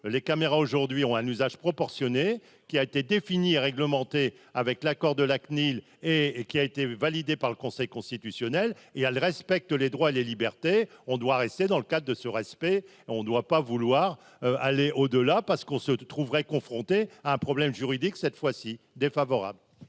les caméras aujourd'hui ont un usage proportionné, qui a été défini réglementé, avec l'accord de la CNIL et et qui a été validé par le Conseil constitutionnel et à respecte les droits et les libertés, on doit rester dans le cadre de ce respect, on ne doit pas vouloir aller au-delà parce qu'on se trouverait confronté à un problème juridique cette fois-ci défavorable.